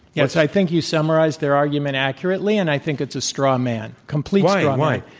yes. i think you summarized their argument accurately, and i think it's a straw man complete why? ah why?